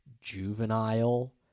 juvenile